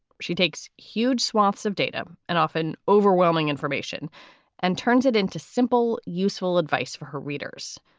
she takes huge swaths of data and often overwhelming information and turns it into simple, useful advice for her readers.